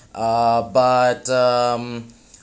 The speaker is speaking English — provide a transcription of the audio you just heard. uh but um